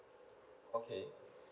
okay